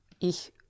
Ich